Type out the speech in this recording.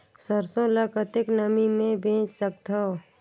सरसो ल कतेक नमी मे बेच सकथव?